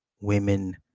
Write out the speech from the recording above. women